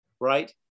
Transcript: right